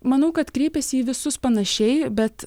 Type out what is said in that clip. manau kad kreipiasi į visus panašiai bet